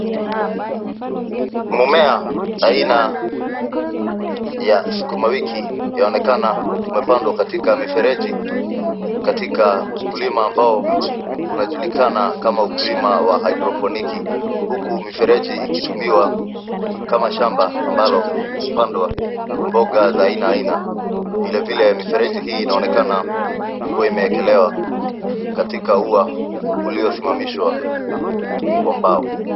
Mmea aina ya sukuma wiki yaonekana umepandwa katika mifereji katika ukulima ambao unajulikana kama ukulima wa hydroponiki huku mifereji ikitumiwa kama shamba ambalo hupandwa mboga za aina aina. Vilevile mifereji hii inaonekana kuwa imewekelewa katika ua uliosimamisha kwa mbao.